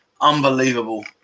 unbelievable